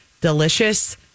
delicious